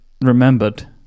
remembered